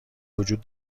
وجود